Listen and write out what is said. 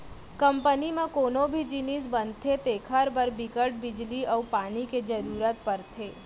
company म कोनो भी जिनिस बनथे तेखर बर बिकट बिजली अउ पानी के जरूरत परथे